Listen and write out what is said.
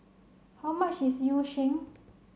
how much is Yu Sheng